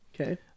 Okay